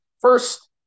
first